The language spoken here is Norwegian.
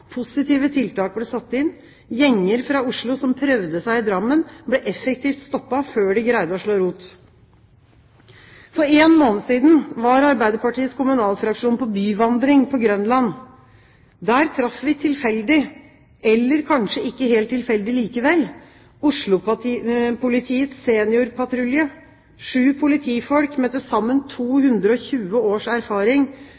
positive tiltak ble satt inn. Gjenger fra Oslo som prøvde seg i Drammen, ble effektivt stoppet før de greide å slå rot. For en måned siden var Arbeiderpartiets kommunalfraksjon på byvandring på Grønland. Der traff vi tilfeldig, eller kanskje ikkje helt tilfeldig likevel, Oslo-politiets seniorpatrulje, sju politifolk med til sammen